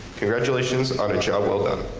congratulations on a job well done.